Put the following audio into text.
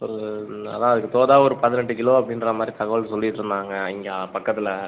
ஒரு அதான் அதுக்கு தோதாக ஒரு பதினெட்டு கிலோ அப்படின்ற மாதிரி தகவல் சொல்லிட்டுருந்தாங்க இங்கே பக்கத்தில்